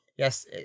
Yes